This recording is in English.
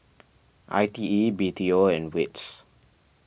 I T E B T O and Wits